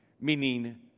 meaning